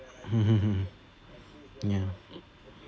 mmhmm hmm mm ya